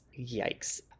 Yikes